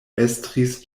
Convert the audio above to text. estris